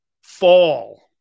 fall